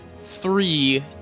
three